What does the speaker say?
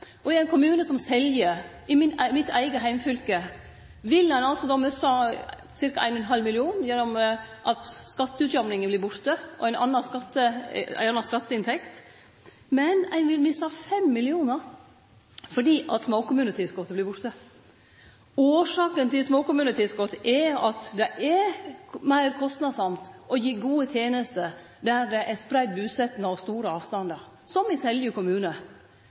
I ein kommune som Selje, i mitt eige heimfylke, vil ein miste ca. 1,5 mill. kr gjennom at skatteutjamninga vert borte og ein får ei anna skatteinntekt, men ein vil miste 5 mill. kr fordi småkommunetilskotet vert borte. Årsaka til småkommunetilskotet er at det er meir kostnadsamt å gi gode tenester der det er spreidd busetnad og store avstandar, som i Selje kommune.